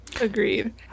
agreed